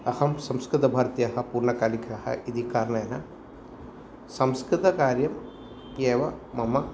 अहं संस्कृतभारत्याः पूर्णकालिकः इदि कारणेन संस्कृतकार्यम् एव मम